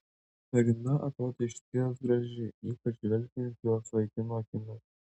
mergina atrodė išties graži ypač žvelgiant jos vaikino akimis